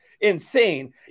insane